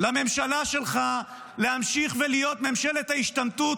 לממשלה שלך להמשיך להיות ממשלת ההשתמטות,